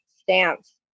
stance